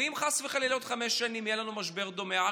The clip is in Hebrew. ואם חס וחלילה עוד חמש שנים יהיה לנו משבר דומה?